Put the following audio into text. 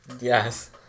Yes